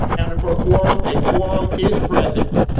counted for a quorum. a quorum is present.